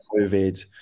COVID